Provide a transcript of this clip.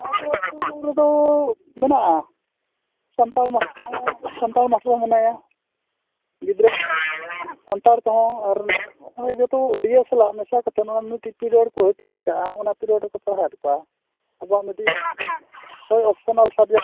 ᱟᱫᱚ ᱥᱠᱩᱞ ᱨᱮᱫᱚ ᱢᱮᱱᱟᱜᱼᱟ ᱥᱟᱱᱛᱟᱲ ᱢᱟᱥᱴᱟᱨ ᱦᱚᱸ ᱥᱟᱱᱛᱟᱲ ᱢᱟᱥᱴᱟᱨ ᱦᱚᱸ ᱢᱮᱱᱟᱭᱟ ᱜᱤᱫᱽᱨᱟᱹ ᱠᱚ ᱦᱚᱸ ᱥᱟᱱᱛᱟᱲ ᱛᱮ ᱦᱚᱸ ᱟᱨ ᱢᱟᱱᱮ ᱡᱚᱛᱚ ᱦᱚᱲ ᱩᱰᱤᱭᱟᱹ ᱥᱟᱞᱟᱜ ᱢᱮᱥᱟ ᱠᱟᱛᱮᱫ ᱚᱱᱟ ᱢᱤᱫᱴᱤᱡ ᱯᱤᱨᱭᱳᱰ ᱠᱚ ᱦᱟᱹᱴᱤᱧ ᱠᱟᱜᱼᱟ ᱚᱱᱟ ᱯᱤᱨᱭᱳᱰ ᱨᱮᱠᱚ ᱯᱟᱲᱦᱟᱣᱮᱫ ᱠᱚᱣᱟ ᱟᱵᱚᱣᱟᱜ ᱢᱤᱫᱴᱤᱡ ᱦᱳᱭ ᱚᱯᱥᱚᱱᱟᱞ ᱥᱟᱵᱽᱡᱮᱠᱴ